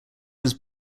was